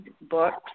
books